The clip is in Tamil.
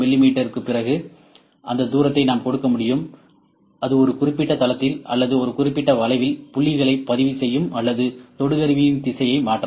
மீக்குப் பிறகு அந்த தூரத்தை நாம் கொடுக்க முடியும் அது ஒரு குறிப்பிட்ட தளத்தில் அல்லது ஒரு குறிப்பிட்ட வளைவில் புள்ளிகளைப் பதிவு செய்யும் அல்லது தொடு கருவியின் திசையை மாற்றலாம்